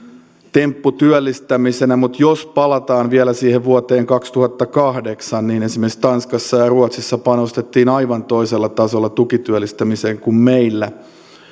tempputyöllistämisenä mutta jos palataan vielä siihen vuoteen kaksituhattakahdeksan niin esimerkiksi tanskassa ja ruotsissa panostettiin aivan toisella tasolla tukityöllistämiseen kuin meillä